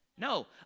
No